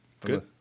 Good